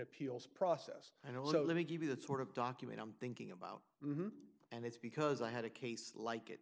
appeals process and also let me give you that sort of document i'm thinking about and it's because i had a case like it